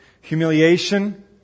humiliation